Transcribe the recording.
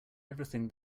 everything